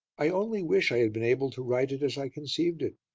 i only wish i had been able to write it as i conceived it.